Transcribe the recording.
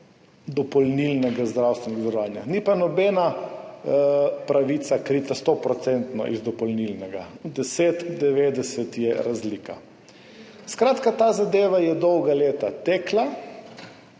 dopolnilnega zdravstvenega zavarovanja. Ni pa nobena pravica krita 100-odstotno iz dopolnilnega. 10 : 90 je razlika. Skratka, ta zadeva je dolga leta tekla.